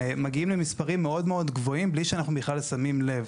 ומגיעים למספרים מאוד מאוד גבוהים בלי שאנחנו בכלל שמים לב.